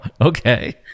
Okay